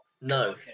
No